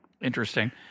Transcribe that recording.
Interesting